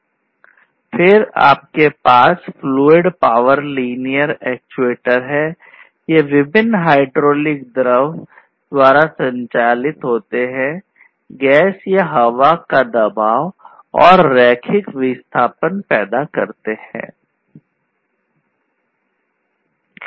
फिर आपके पास फ्लुएड पावर लिनियर पैदा करता है